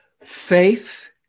Faith